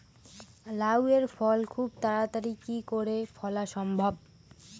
লাউ এর ফল খুব তাড়াতাড়ি কি করে ফলা সম্ভব?